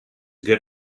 good